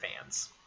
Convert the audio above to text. fans